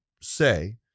say